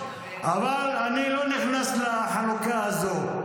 אבל אני לא נכנס לחלוקה הזאת,